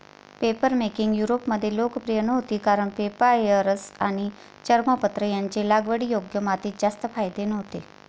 papermaking युरोपमध्ये लोकप्रिय नव्हती कारण पेपायरस आणि चर्मपत्र यांचे लागवडीयोग्य मातीत जास्त फायदे नव्हते